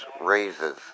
raises